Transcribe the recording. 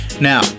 now